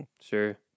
Sure